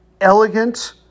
elegant